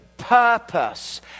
purpose